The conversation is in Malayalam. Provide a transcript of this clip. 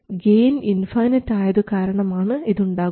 ഗെയിൻ ഇൻഫൈനൈറ്റ് ആയതു കാരണമാണ് ഇതുണ്ടാകുന്നത്